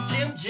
Jim